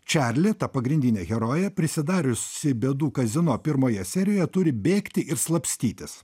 čarli ta pagrindinė herojė prisidarius bėdų kazino pirmoje serijoje turi bėgti ir slapstytis